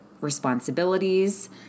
responsibilities